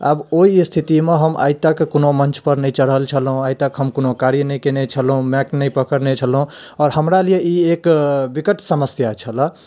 आब ओहि स्थितिमे हम आइ तक कोनो मञ्च पर नहि चढ़ल छलहुँ आइ तक हम कोनो कार्य नहि कयने छलहुँ माइक नहि पकड़ने छलहुँ आओर हमरा लिए ई एक बिकट समस्या छलऽ